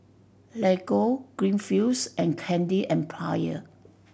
Lego Greenfields and Candy Empire